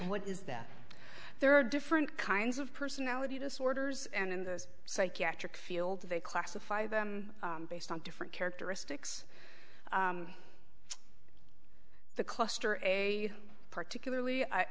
what is that there are different kinds of personality disorders and in the psychiatric field they classify them based on different characteristics the cluster a particularly i